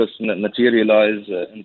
materialize